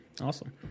Awesome